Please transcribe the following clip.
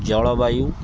ଜଳବାୟୁ